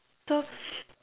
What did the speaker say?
so